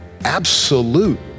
absolute